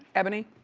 ebony.